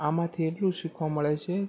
આમાંથી એટલું શીખવા મળે છે